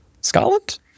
Scotland